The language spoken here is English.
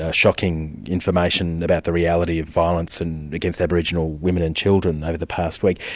ah shocking information about the reality of violence and against aboriginal women and children over the past week.